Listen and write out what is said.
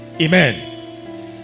Amen